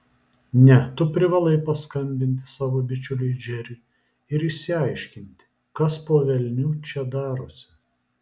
ne tu privalai paskambinti savo bičiuliui džeriui ir išsiaiškinti kas po velnių čia darosi